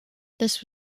this